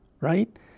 right